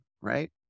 right